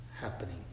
happening